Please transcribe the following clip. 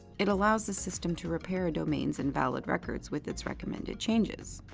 it allows the system to repair a domain's invalid records with its recommended changes.